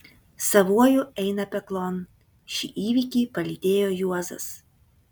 savuoju eina peklon šį įvykį palydėjo juozas